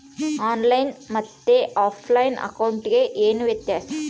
On line ಮತ್ತೆ ಆಫ್ಲೈನ್ ಅಕೌಂಟಿಗೆ ಏನು ವ್ಯತ್ಯಾಸ?